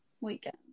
weekend